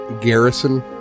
garrison